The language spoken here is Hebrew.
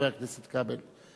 חבר הכנסת כבל,